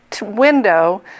window